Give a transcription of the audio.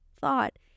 thought